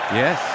yes